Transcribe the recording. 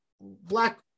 black